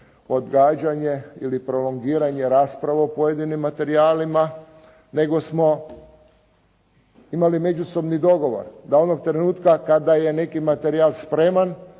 odgađanje ili prolongiranje rasprava o pojedinim materijalima, nego smo imali međusobni dogovor da onog trenutka kada je neki materijal spreman